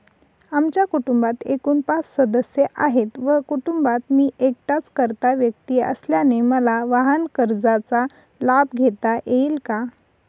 आमच्या कुटुंबात एकूण पाच सदस्य आहेत व कुटुंबात मी एकटाच कर्ता व्यक्ती असल्याने मला वाहनकर्जाचा लाभ घेता येईल का?